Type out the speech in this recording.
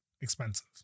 expensive